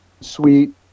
suite